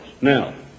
Now